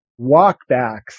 walkbacks